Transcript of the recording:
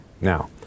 Now